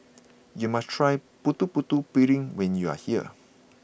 you must try Putu Putu Piring when you are here